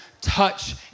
touch